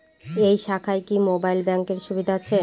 এই শাখায় কি মোবাইল ব্যাঙ্কের সুবিধা আছে?